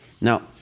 Now